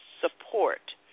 support